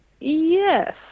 Yes